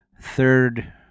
third